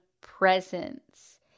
presence